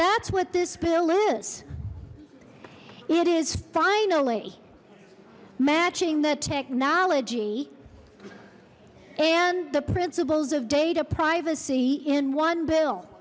that's what this bill is it is finally matching the technology and the principles of data privacy in one bill